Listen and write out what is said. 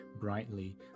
brightly